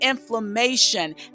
inflammation